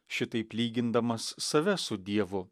šitaip lygindamas save su dievu